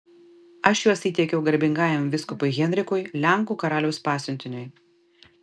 aš juos įteikiau garbingajam vyskupui henrikui lenkų karaliaus pasiuntiniui